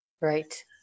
Right